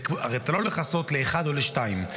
הרי אתה לא הולך לעשות לאחד או לשניים.